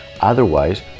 otherwise